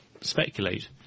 speculate